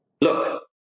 look